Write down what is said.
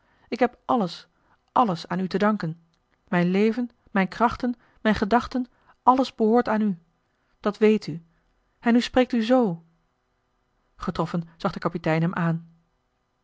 ik heb alles alles aan u te danken mijn leven mijn krachten mijn gedachten alles behoort aan u dat weet u en nu spreekt u zoo getroffen zag de kapitein hem aan